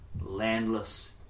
landless